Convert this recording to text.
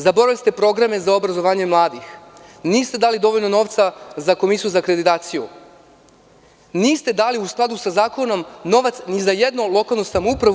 Zaboravili ste programe za obrazovanje mladih, niste dali dovoljno novca za Komisiju za akreditaciju, niste dali u skladu sa zakonom novac ni za jednu lokalnu samoupravu.